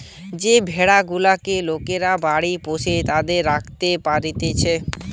যে ভেড়া গুলেক লোকরা বাড়িতে পোষ্য করে রাখতে পারতিছে